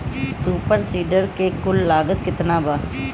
Super seeder के कुल लागत केतना बा?